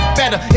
better